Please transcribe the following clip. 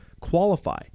qualify